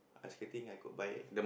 ice skating I could by